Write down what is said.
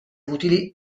utili